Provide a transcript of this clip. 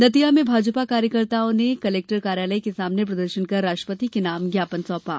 दतिया में भाजपा कार्यकर्ताओं ने कलेक्टर कार्यालय के सामने प्रदर्शन कर राष्ट्रपति के नाम ज्ञापन सौपा